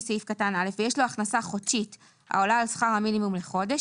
סעיף קטן (א) ויש לו הכנסה חודשית העולה על שכר המינימום לחודש,